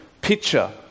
picture